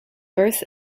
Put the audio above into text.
birth